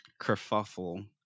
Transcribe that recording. kerfuffle